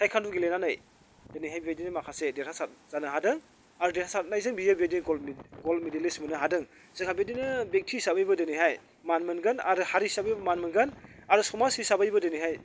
taekwondo गेलेनानै दिनैहाय बेबायदिनो माखासे देरहासार जानो हादों आरो देरहासारनायजों बियो बिदि ग'ल्ड ग'ल्ड मेडेलिस्ट मोननो हादों जोंहा बेदिनो बेक्ति हिसाबैबो दिनैहाय मान मोनगोन आरो हारि हिसाबैबो मान मोनगोन आरो समाज हिनसाबैबो दिनैहाय